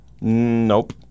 Nope